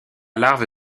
larve